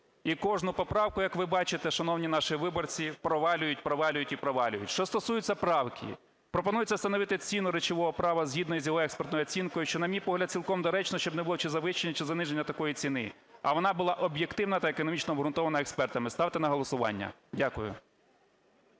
І кожну поправку, як ви бачите, шановні наші виборці, провалюють, провалюють і провалюють. Що стосується правки. Пропонується встановити ціну речового права згідно з його експертною оцінкою, що, на мій погляд, цілком доречно, щоб не було чи завищення, чи заниження такої ціни, а вона була об'єктивна та економічно обґрунтована експертами. Ставте на голосування. Дякую.